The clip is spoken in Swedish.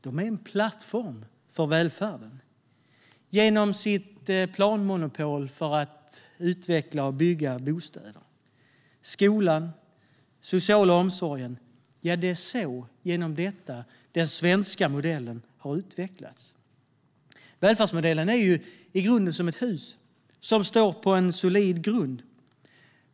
De är en plattform för välfärden genom sitt planmonopol för att utveckla och bygga bostäder, genom skolan och genom den sociala omsorgen. Ja, det är genom detta som den svenska modellen har utvecklats. Välfärdsmodellen är i grunden som ett hus som står på en solid grund.